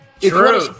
true